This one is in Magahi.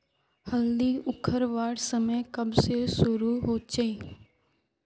हल्दी उखरवार समय कब से शुरू होचए?